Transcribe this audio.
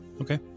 Okay